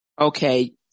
Okay